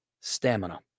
stamina